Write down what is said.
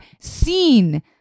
seen